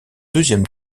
deuxième